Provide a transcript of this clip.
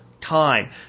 time